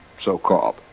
so-called